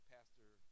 Pastor